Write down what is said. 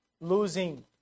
losing